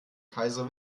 kaiser